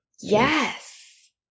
Yes